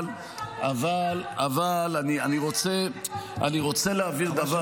אבל אני רוצה --- למה אתה צריך לענות על זה?